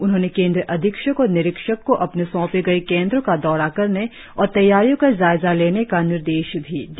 उन्होंने केंद्र अधीक्षक और निरीक्षक को अपने सौंपे गए केंद्रो का दौरा करने और तैयारियों का जायजा लेने का निर्देश भी दिया